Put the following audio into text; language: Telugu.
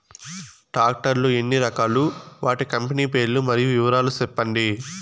టాక్టర్ లు ఎన్ని రకాలు? వాటి కంపెని పేర్లు మరియు వివరాలు సెప్పండి?